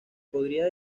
podría